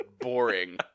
boring